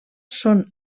són